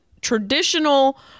traditional